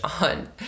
on